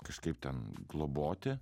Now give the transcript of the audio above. kažkaip ten globoti